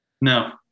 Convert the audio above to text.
No